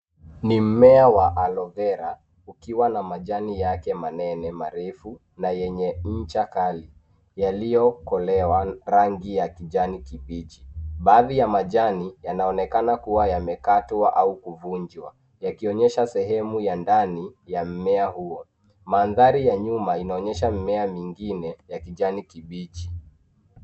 Ni mmea wa Alovera ukiwa na majani yake manene marefu na yenye ncha kali yaliokolewa rangi ya kijani kibichi. Baadhi ya majani yanaonekana kuwa yamekatwa au kuvunjwa yakionyesha sehemu ya ndani ya mmea huo. Maandhari ya nyuma inaonyesha mimea mingine ya kijani kibichi.